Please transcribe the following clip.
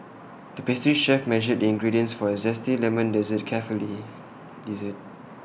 the pastry chef measured the ingredients for A Zesty Lemon Dessert carefully